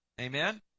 Amen